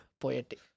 poetic